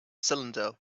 cylinder